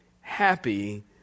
happy